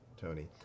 Tony